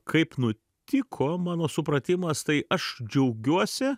kaip nutiko mano supratimas tai aš džiaugiuosi